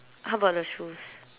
how about the shoes